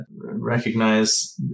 recognize